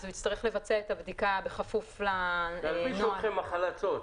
הוא יצטרך לבצע את הבדיקה בכפוף לנוהל --- נלביש אתכם מחלצות,